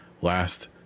Last